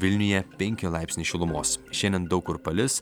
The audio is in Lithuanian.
vilniuje penki laipsniai šilumos šiandien daug kur palis